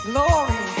Glory